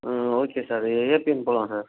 ம் okay sir இது ABM போகலாம் சார்